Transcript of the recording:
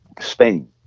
Spain